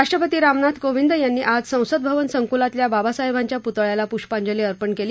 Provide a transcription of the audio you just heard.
राष्ट्रपती रामनाथ कोविंद यांनी आज संसद भवन संकुलातल्या बाबासाहेबांच्या पुतळ्याला पुष्पांजली अर्पण केली